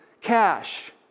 cash